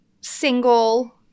single